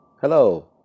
Hello